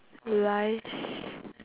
lies